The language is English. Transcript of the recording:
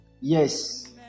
yes